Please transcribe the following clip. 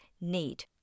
need